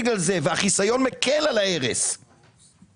דיון בנושא הארכת החיסיון על פעילות קצא"א,